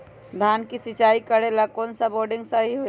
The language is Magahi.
धान के सिचाई करे ला कौन सा बोर्डिंग सही होई?